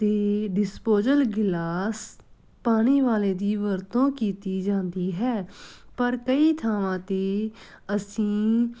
ਅਤੇ ਡਿਸਪੋਜਲ ਗਿਲਾਸ ਪਾਣੀ ਵਾਲੇ ਦੀ ਵਰਤੋਂ ਕੀਤੀ ਜਾਂਦੀ ਹੈ ਪਰ ਕਈ ਥਾਵਾਂ 'ਤੇ ਅਸੀਂ